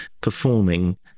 performing